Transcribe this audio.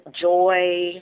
joy